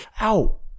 Ow